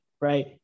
right